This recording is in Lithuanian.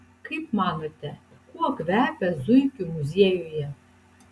kaip manote kuo kvepia zuikių muziejuje